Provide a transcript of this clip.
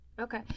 Okay